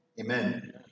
Amen